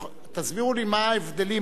תסבירו לי מה ההבדלים.